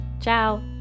Ciao